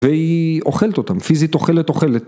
והיא אוכלת אותם, פיזית אוכלת, אוכלת.